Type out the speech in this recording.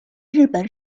日本